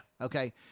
Okay